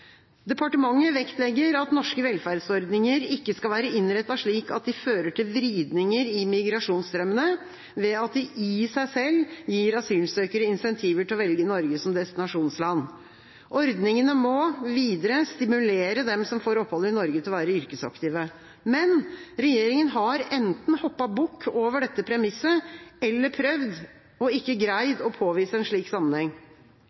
Departementet vektlegger at norske velferdsordninger ikke skal være innrettet slik at de fører til «vridninger i migrasjonsstrømmene, ved at de i seg selv gir asylsøkere insentiver til å velge Norge som destinasjonsland». Ordningene må videre «stimulere dem som får opphold i Norge til å være yrkesaktive». Men regjeringa har enten hoppet bukk over dette premisset, eller prøvd og ikke greid å påvise en slik sammenheng.